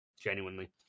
Genuinely